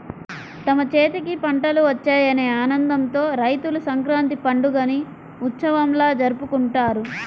తమ చేతికి పంటలు వచ్చాయనే ఆనందంతో రైతులు సంక్రాంతి పండుగని ఉత్సవంలా జరుపుకుంటారు